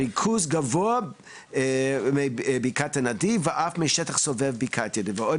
הריכוז גבוה מבקעת הנדיב ואף משטח סובב בקעת הנדיב ועוד